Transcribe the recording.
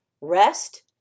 rest